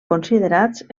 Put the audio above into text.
considerats